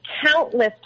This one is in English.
countless